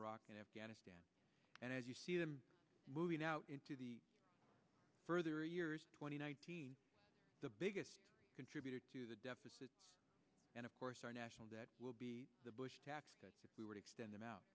iraq and afghanistan and as you see them moving out into the further years twenty nine the biggest contributor to the deficit and of course our national debt will be the bush tax cut that we would extend them out